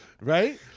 right